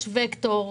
יש וקטור,